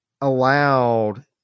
allowed